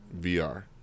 VR